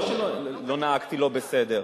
לא שנהגתי לא בסדר,